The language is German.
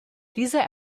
dieser